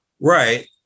Right